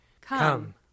Come